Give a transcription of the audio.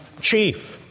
chief